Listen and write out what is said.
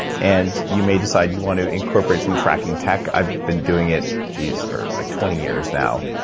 and you may decide you want to incorporate some tracking tech. i've been doing it, jeez, for like twenty years now,